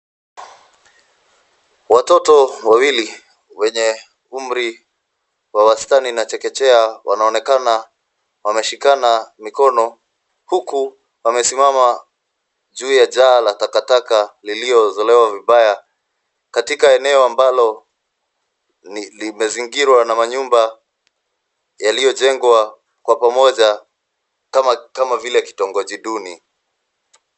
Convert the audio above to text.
Watoto wawili wenye umri wa wastani na chekechea, wanaonekana wameshikana mikono huku wamesimama juu ya jaa la takataka liliozolewa vibaya katika eneo ambalo limezingirwa manyumba yaliyojengwa kwa pamoja, kama vile kitongoji duni.